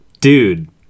dude